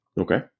Okay